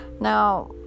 Now